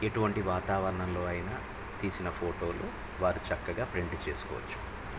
ఎటువంటి వాతావరణంలో అయినా తీసిన ఫోటోలు వారు చక్కగా ప్రింట్ చేసుకోవచ్చు